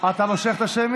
בוא תשתתף,